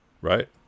Right